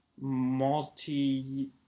multi